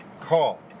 call